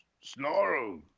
snarl